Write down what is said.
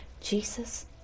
Jesus